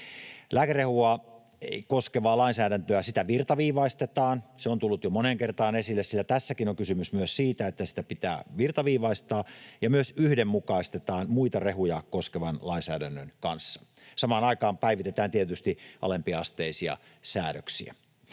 Lääkerehua koskevaa lainsäädäntöä virtaviivaistetaan — se on tullut jo moneen kertaan esille, sillä tässäkin on kysymys myös siitä, että sitä pitää virtaviivaistaa — ja myös yhdenmukaistetaan muita rehuja koskevan lainsäädännön kanssa. Samaan aikaan päivitetään tietysti alempiasteisia säädöksiä.